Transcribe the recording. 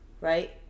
Right